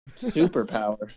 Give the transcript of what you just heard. Superpower